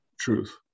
truth